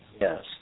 Yes